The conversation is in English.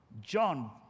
John